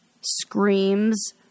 screams